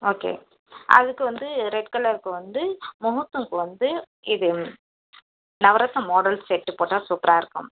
okay அதுக்கு வந்து red கலருக்கு வந்து முகூர்த்தம்க்கு வந்து இது நவரத்ன மாடல் செட்டு போட்டால் சூப்பராக இருக்கும்